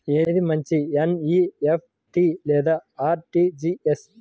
ఏది మంచి ఎన్.ఈ.ఎఫ్.టీ లేదా అర్.టీ.జీ.ఎస్?